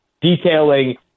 detailing